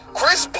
Chris